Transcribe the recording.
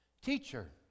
teacher